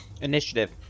Initiative